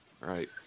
Right